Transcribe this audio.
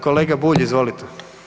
Kolega Bulj, izvolite.